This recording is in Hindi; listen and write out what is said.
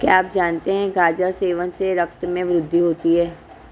क्या आप जानते है गाजर सेवन से रक्त में वृद्धि होती है?